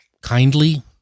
kindly